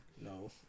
No